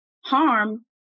harm